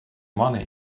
money